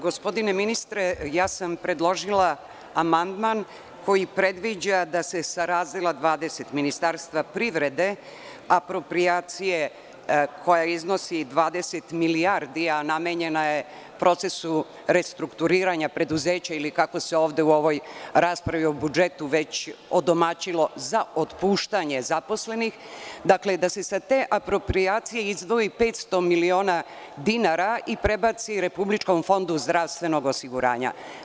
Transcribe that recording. Gospodine ministre, predložila sam amandman koji predviđa da se sa razdela 20 Ministarstva privrede, aproprijacije koja iznosi 20 milijardi, a namenjena je procesu restrukturiranja preduzeća ili, kako se ovde u ovoj raspravi o budžetu već odomaćilo, za otpuštanje zaposlenih, da se sa te aproprijacije izdvoji 500 miliona dinara i prebaci Republičkom fondu zdravstvenog osiguranja.